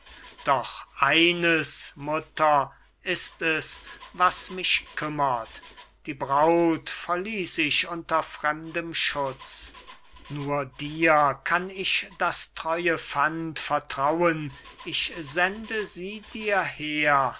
doch eines mutter ist es was mich kümmert die braut verließ ich unter fremdem schutz nur dir kann ich das theure pfand vertrauen ich sende sie dir her